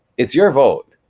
it's your vote,